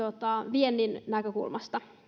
viennin näkökulmasta